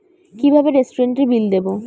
কিভাবে রেস্টুরেন্টের বিল দেবো?